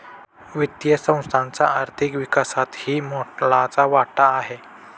वित्तीय संस्थांचा आर्थिक विकासातही मोलाचा वाटा आहे